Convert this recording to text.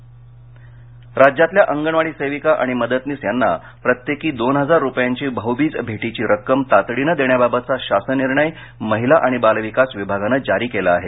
अंगणवाडी बहनमंबई राज्यातल्या अंगणवाडी सेविका आणि मदतनीस यांना प्रत्येकी दोन हजार रुपयांची भाऊबीज भेटीची रक्कम तातडीनं देण्याबाबतचा शासन निर्णय महिला आणि बालविकास विभागानं जारी केला आहे